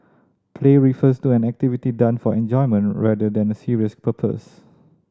play refers to an activity done for enjoyment rather than a serious purpose